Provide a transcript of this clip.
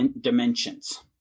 dimensions